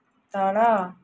ତଳ